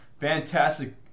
fantastic